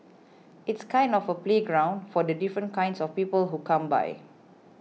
it's kind of a playground for the different kinds of people who come by